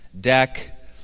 deck